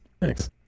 Thanks